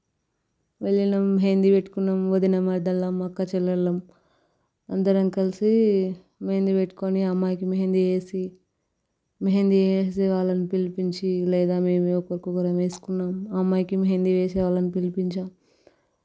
వెళ్ళిన మెహందీ పెట్టుకున్నాము వదినా మరదళ్ళం అక్కా చెల్లెళ్ళం అందరం కలిసి మెహందీ పెట్టుకొని అమ్మాయికి మెహందీ వేసి మెహందీ వేసే వాళ్ళను పిలిపించి లేదా మేమే ఒకరికొకరం వేసుకున్నాం అమ్మాయికి మెహందీ వేసే వాళ్ళను పిలిపించాం